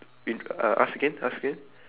wint~ uh ask again ask again